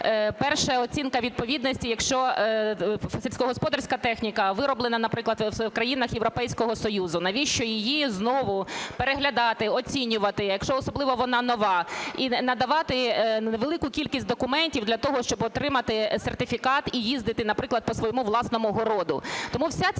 перша оцінка відповідності, якщо сільськогосподарська техніка вироблена, наприклад, в країнах Європейського Союзу. Навіщо її знову переглядати, оцінювати, якщо особливо вона нова, і надавати велику кількість документів для того, щоб отримати сертифікат і їздити, наприклад, по своєму власному городу? Тому вся ця